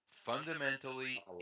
fundamentally